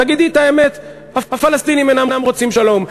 תגידי את האמת: הפלסטינים אינם רוצים שלום,